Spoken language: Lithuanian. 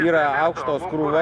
yra aukštos krūvos